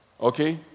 okay